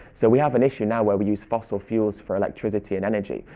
so we have an issue now where we use fossil fuels for electricity and energy.